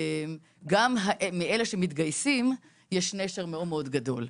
גם מאלה שמתגייסים, יש נשר מאוד גדול.